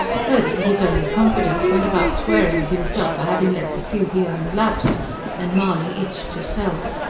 purdy, his only confidant, went about swearing at himself for having let the few he owned lapse and mahony itched to sell.